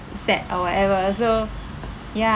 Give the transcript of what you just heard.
set or whatever so ya